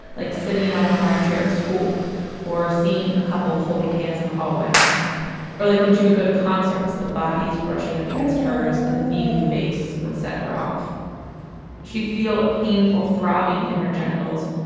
like sitting on a hard chair at school or seeing a couple holding hands in the hallway or like when she would go to concerts, the bodies brushing against hers and the beating bass would set her off she'd feel a painful throbbing in her genitals,